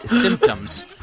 symptoms